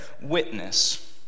witness